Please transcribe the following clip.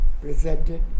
presented